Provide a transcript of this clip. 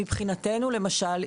כי מבחינתנו למשל,